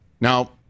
now